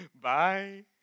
Bye